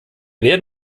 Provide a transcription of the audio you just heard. werden